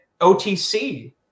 OTC